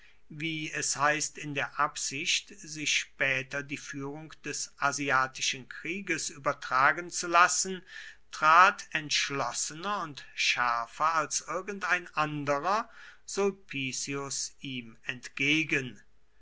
wie es heißt in der absicht sich später die führung des asiatischen krieges übertragen zu lassen trat entschlossener und schärfer als irgendein anderer sulpicius ihm entgegen